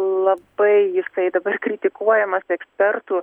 labai jisai dabar kritikuojamas ekspertų